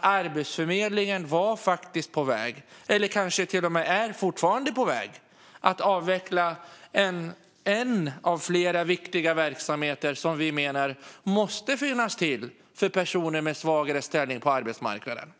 Arbetsförmedlingen var på väg, eller är kanske fortfarande på väg, att avveckla en av flera viktiga verksamheter som Liberalerna menar måste finnas för personer med svagare ställning på arbetsmarknaden.